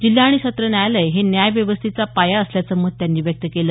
जिल्हा आणि सत्र न्यायालय हे न्यायव्यवस्थेचा पाया असल्याचं मत त्यांनी व्यक्त केलं